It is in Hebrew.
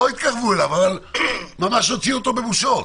לא התקרבו אליו, אבל ממש הוציאו אותו בבושות.